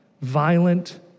violent